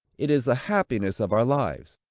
it is the happiness of our lives!